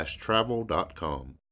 travel.com